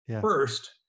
first